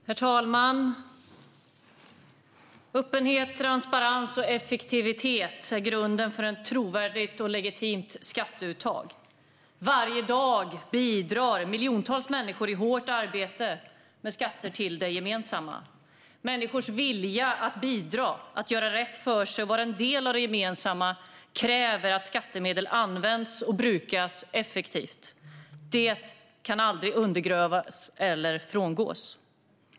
Herr talman! Öppenhet, transparens och effektivitet är grunden för ett trovärdigt och legitimt skatteuttag. Varje dag bidrar miljontals människor i hårt arbete med skatter till det gemensamma. Människors vilja att bidra, att göra rätt för sig och att vara del av det gemensamma kräver att skattemedel används och brukas effektivt. Det kan aldrig undergrävas eller frångås.